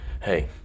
Hey